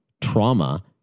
trauma